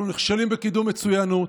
אנחנו נכשלים בקידום מצוינות.